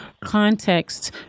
context